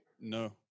No